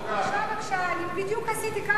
אפשר, בבקשה, אני בדיוק עשיתי ככה וזה נגמר.